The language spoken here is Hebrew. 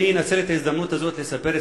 אני אנצל את ההזדמנות הזאת לספר את